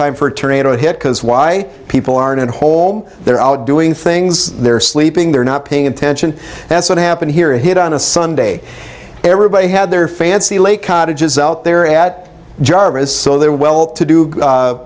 time for turning into a hit because why people aren't whole they're out doing things they're sleeping they're not paying attention that's what happened here a hit on a sunday everybody had their fancy late cottages out there at jarvis so they're well to do